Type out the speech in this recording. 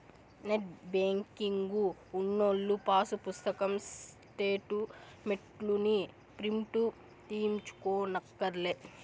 net banking ఉన్నోల్లు pass పుస్తకం స్టేటు మెంట్లుని ప్రింటు తీయించుకోనక్కర్లే